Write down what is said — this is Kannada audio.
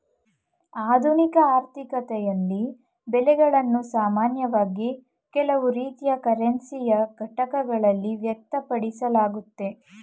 ಆಧುನಿಕ ಆರ್ಥಿಕತೆಗಳಲ್ಲಿ ಬೆಲೆಗಳನ್ನು ಸಾಮಾನ್ಯವಾಗಿ ಕೆಲವು ರೀತಿಯ ಕರೆನ್ಸಿಯ ಘಟಕಗಳಲ್ಲಿ ವ್ಯಕ್ತಪಡಿಸಲಾಗುತ್ತೆ